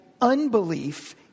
unbelief